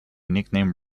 nicknamed